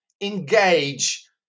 engage